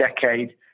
decade